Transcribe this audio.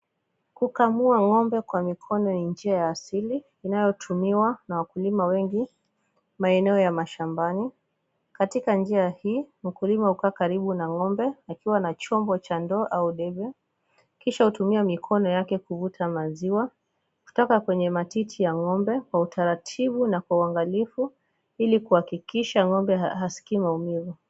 Kukamua ngo'mbe kwa mikono ni njia ya asili, inayotumiwa na wakulima wengi maeno ya mashambani. Katika njia ya hii, mkulima hukaa karibu na ngo'mbe na akiwa na chombo, cha ndoo, au debe. Kisha hutumia mikono yake kuvuta maziwa, kutoka kwenye matiti ya ngo'mbe, kwa utaratibu na kwa uangalifu ili kuhakikisha ngo'mbe haskii maumivu.